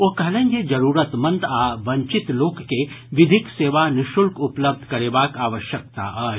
ओ कहलनि जे जरूरतमंद आ वंचित लोक के विधिक सेवा नि शुल्क उपलब्ध करेबाक आवश्यकता अछि